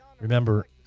Remember